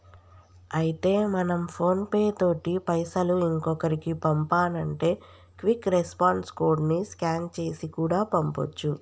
అయితే మనం PhonePe తోటి పైసలు ఇంకొకరికి పంపానంటే క్విక్ రెస్పాన్స్ కోడ్ ని స్కాన్ చేసి కూడా పంపొచ్చు